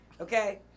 okay